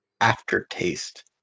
aftertaste